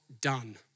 done